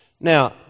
Now